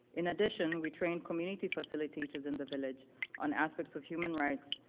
in addition, we train community facilitators in the village on aspects of human rights,